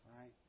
right